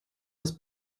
das